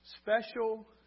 special